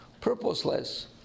purposeless